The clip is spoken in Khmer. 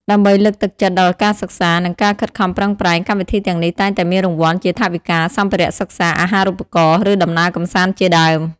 ដើម្បីលើកទឹកចិត្តដល់ការសិក្សា និងការខិតខំប្រឹងប្រែង កម្មវិធីទាំងនេះតែងតែមានរង្វាន់ជាថវិកា សម្ភារសិក្សា អាហារូបករណ៍ ឬដំណើរកម្សាន្តជាដើម។